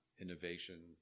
innovation